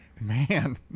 Man